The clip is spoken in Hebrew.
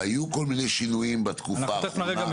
והיו כל מיני שינויים בתקופה האחרונה.